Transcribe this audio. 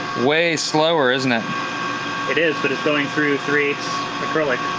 way slower, isn't it? it is but it's going through three acrylic.